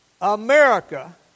America